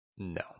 No